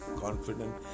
confident